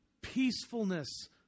peacefulness